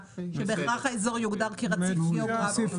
שבהכרח האזור יוגדר כרציף גיאוגרפית.